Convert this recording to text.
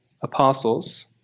apostles